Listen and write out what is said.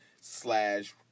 slash –